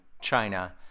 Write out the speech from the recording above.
China